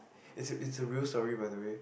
it's a it's a real story by the way